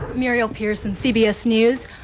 muriel pearson, cbs news.